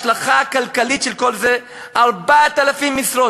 ההשלכה הכלכלית של כל זה: 4,000 משרות